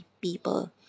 People